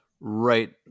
right